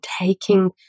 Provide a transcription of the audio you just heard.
taking